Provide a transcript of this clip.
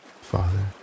Father